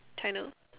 China